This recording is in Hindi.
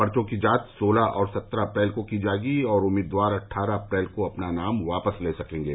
पर्चो की जांच सोलह और सत्रह अप्रैल को की जायेगी और उम्मीदवार अट्ठारह अप्रैल को अपना नाम वापस ले सकेंगे